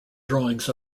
drawings